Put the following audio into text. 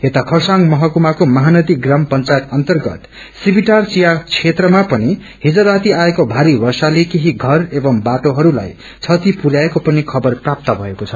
यता खरसाङ महकूमाको महानदी ग्राम पंचायत अर्न्तगत सिभिटार वियाबारी क्षेत्रमा पनि हिज राति आएको भारी वर्षाले केही घर एवं बाटोहरूलाई क्षति पुर्याएको पनि खबर प्राप्त भएको छ